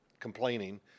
complaining